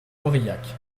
aurillac